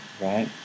right